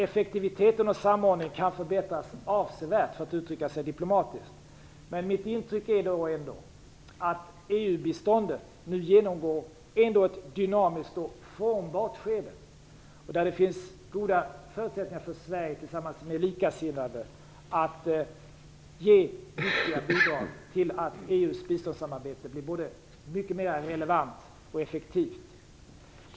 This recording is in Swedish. Effektiviteten och samordningen kan förbättras avsevärt, för att uttrycka sig diplomatiskt. Men mitt intryck är ändå att EU-biståndet nu är inne i ett dynamiskt och formbart skede. Det finns goda förutsättningar för Sverige att tillsammans med likasinnade ge viktiga bidrag till att EU:s biståndssamarbete blir mycket mer relevant och effektivt.